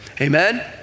Amen